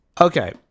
okay